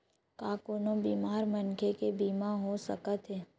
का कोनो बीमार मनखे के बीमा हो सकत हे?